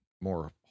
more